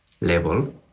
level